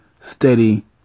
steady